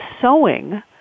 sewing